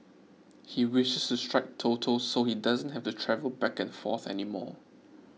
he wishes to strike Toto so he doesn't have to travel back and forth anymore